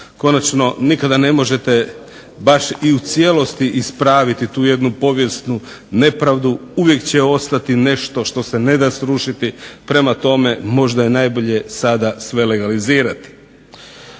Konačno nikada ne možete baš i u cijelosti ispraviti tu jednu povijesnu nepravdu, uvijek će ostati nešto što se ne da srušiti, prema tome možda je najbolje sada sve legalizirati.